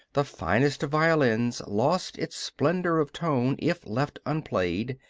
the finest of violins lost its splendor of tone if left unplayed,